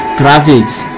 graphics